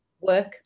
work